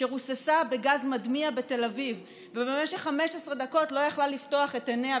שרוססה בגז מדמיע בתל אביב ובמשך 15 דקות לא יכלה לפתוח את עיניה.